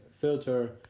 filter